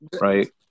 right